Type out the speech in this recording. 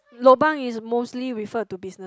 lobang is mostly referred to business